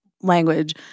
language